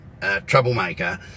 troublemaker